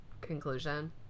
conclusion